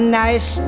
nice